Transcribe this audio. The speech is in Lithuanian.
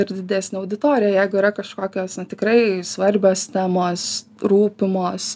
ir didesnę auditoriją jeigu yra kažkokios na tikrai svarbios temos rūpimos